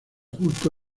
justo